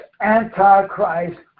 Antichrist